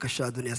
בבקשה, אדוני השר.